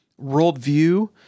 worldview